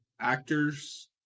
actors